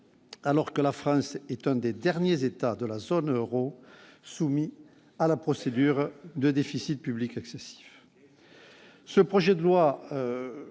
alors que la France est un des derniers états de la zone Euro, soumis à la procédure de déficit public excessif,